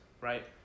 right